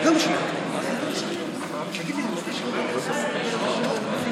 על כן אני קובע שהצעת חוק התכנון והבנייה (הוראות